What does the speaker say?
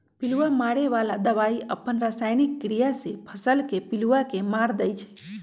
पिलुआ मारे बला दवाई अप्पन रसायनिक क्रिया से फसल के पिलुआ के मार देइ छइ